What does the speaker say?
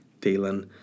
dealing